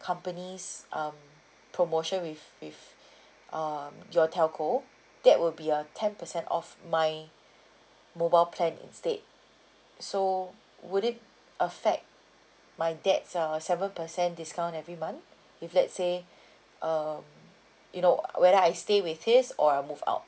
company's um promotion with with um your telco that will be a ten percent off my mobile plan instead so would it affect my dad's uh seven percent discount every month if let's say um you know whether I stay with his or I move out